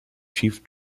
chief